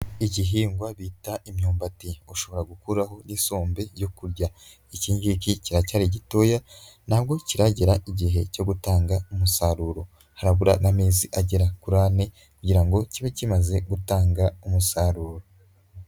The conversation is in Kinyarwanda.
Igihingwa bita imyumbati ushobora gukuraho n'i isombe yo kurya ikigiki cyaracyari gitoya, nabwo kiragera igihe cyo gutanga umusaruro habura amezi agera kuri ane, kugira ngo kibe kimaze gutanga umusaruro.